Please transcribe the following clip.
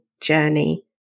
journey